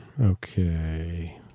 Okay